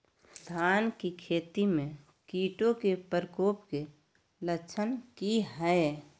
धान की खेती में कीटों के प्रकोप के लक्षण कि हैय?